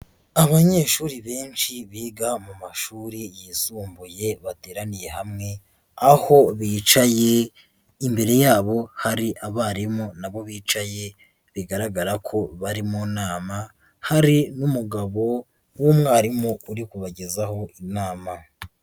Abanyeshuri benshi biga mu mashuri yisumbuye bateraniye hamwe. Aho bicaye, imbere yabo hari abarimu nabo bicaye, bigaragara ko bari mu nama. Hari n'umugabo, w'umwarimu uri kubagezaho inama.